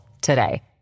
today